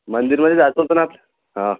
मंदिरमधे जायचं होत ना आज हां